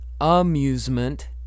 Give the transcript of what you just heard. amusement